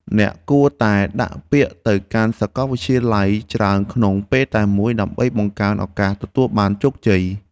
អ្នកគួរតែដាក់ពាក្យទៅកាន់សាកលវិទ្យាល័យច្រើនក្នុងពេលតែមួយដើម្បីបង្កើនឱកាសទទួលបានជោគជ័យ។